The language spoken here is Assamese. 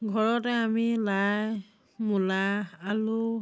ঘৰতে আমি লাই মূলা আলু